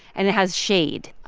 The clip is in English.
and it has shade,